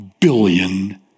billion